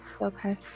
okay